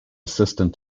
assistant